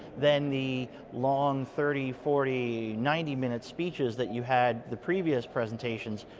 than the long, thirty, forty, ninety minute speeches that you had the previous presentations.